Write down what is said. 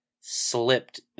slipped